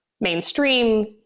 mainstream